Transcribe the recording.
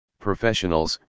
Professionals